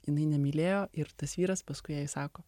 jinai nemylėjo ir tas vyras paskui jai sako